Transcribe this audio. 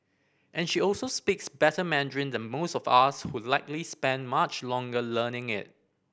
and she also speaks better Mandarin than most of us who likely spent much longer learning it